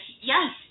yes